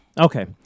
okay